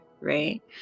right